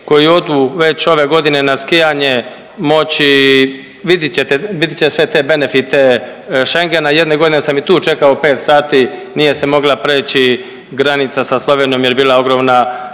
koji odu već ove godine na skijanje moći, vidjet će sve te benefite Schengena, jedne godine sam i tu čekao 5 sati, nije se mogla preći granica sa Slovenijom jer je bila ogromna